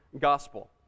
gospel